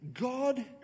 God